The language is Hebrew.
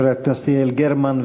חברת הכנסת יעל גרמן,